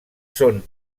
són